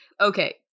Okay